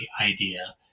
idea